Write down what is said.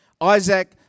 Isaac